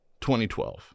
2012